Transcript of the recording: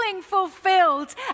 fulfilled